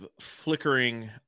flickering